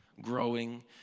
growing